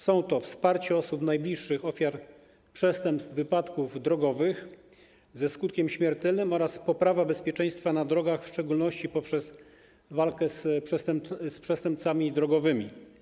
Są to: wsparcie osób najbliższych ofiar przestępstw wypadków drogowych ze skutkiem śmiertelnym oraz poprawa bezpieczeństwa na drogach, w szczególności poprzez walkę z przestępcami drogowymi.